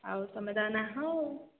ଆଉ ତୁମେ ତ ନାହଁ